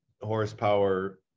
horsepower